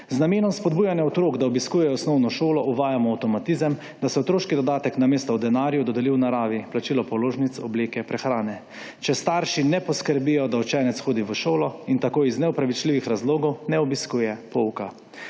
Z namenom spodbujanja otrok, da obiskujejo osnovno šolo, uvajamo avtomatizem, da se otroški dodatek namesto v denarju dodeli v naravi (plačilo položnic, obleke, prehrana), če starši ne poskrbijo, da učenec hodi v šolo in tako iz neopravičljivih razlogov ne obiskuje pouka.